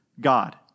God